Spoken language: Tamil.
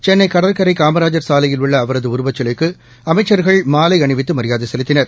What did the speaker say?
சென்னைகடற்கரைகாமராஜர் சாலையில் உள்ளஅவரதுஉருவச் சிலைக்குஅமைச்சர்கள் மாலைஅணிவித்துமரியாதைசெலுத்தினர்